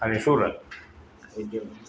અને સુરત